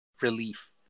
relief